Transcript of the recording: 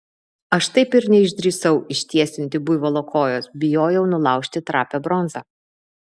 aš taip ir neišdrįsau ištiesinti buivolo kojos bijojau nulaužti trapią bronzą